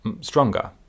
stronger